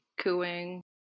cooing